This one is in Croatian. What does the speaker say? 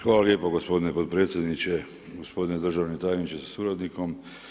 Hvala lijepo gospodine potpredsjedniče, gospodine državni tajniče sa suradnikom.